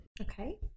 Okay